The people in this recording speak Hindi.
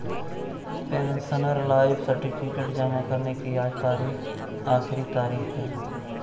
पेंशनर लाइफ सर्टिफिकेट जमा करने की आज आखिरी तारीख है